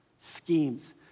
Schemes